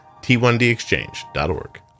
T1DExchange.org